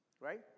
right